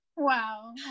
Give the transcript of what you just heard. Wow